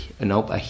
Nope